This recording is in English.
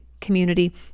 community